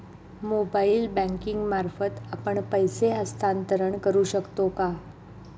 Mobile banking मार्फत आपण पैसे हस्तांतरण करू शकतो का?